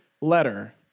letter